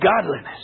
godliness